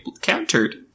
countered